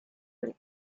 with